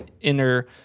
inner